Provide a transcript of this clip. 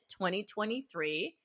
2023